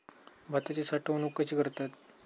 भाताची साठवूनक कशी करतत?